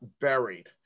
buried